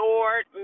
Lord